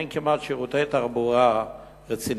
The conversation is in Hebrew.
אין כמעט שירותי תחבורה רציניים.